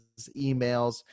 emails